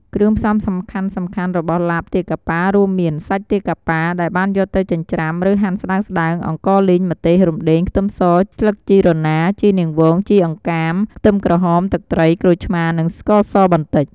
គ្រឿងផ្សំសំខាន់ៗរបស់ឡាបទាកាប៉ារួមមាន សាច់ទាកាប៉ា ដែលបានយកទៅ ចិញ្ច្រាំ ឬហាន់ស្ដើងៗ អង្ករលីង ម្ទេស រំដេង ខ្ទឹមស ស្លឹកជីរណា ជីនាងវង ជីអង្កាម ខ្ទឹមក្រហម ទឹកត្រី ក្រូចឆ្មារ និងស្ករសបន្តិច។